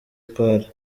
part